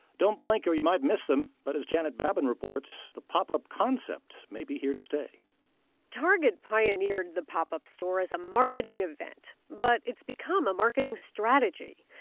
don't blink or you might miss them, but as janet babin reports, the pop-up concept may be here to stay target pioneered the pop-up store as a marketing event, but it's become a marketing strategy.